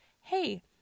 hey